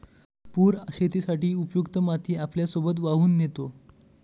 पूर शेतीसाठी उपयुक्त माती आपल्यासोबत वाहून नेतो